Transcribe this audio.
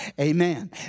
Amen